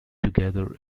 together